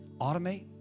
automate